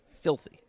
Filthy